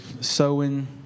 sowing